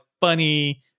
funny